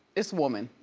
this woman,